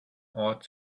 ought